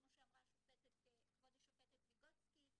כמו שאמרה כבוד השופטת ויגוצקי,